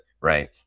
Right